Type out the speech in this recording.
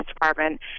department